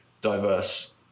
diverse